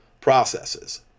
processes